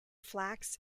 flax